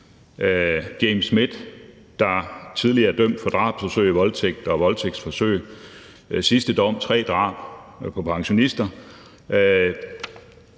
James Smith, der var tidligere dømt for drabsforsøg, voldtægt og voldtægsforsøg, og sidste dom var for tre drab på pensionister.